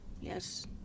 Yes